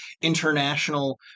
international